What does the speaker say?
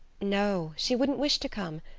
no she wouldn't wish to come,